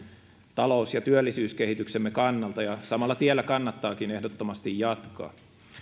talous ja työllisyyskehityksemme kannalta ja samalla tiellä kannattaakin ehdottomasti jatkaa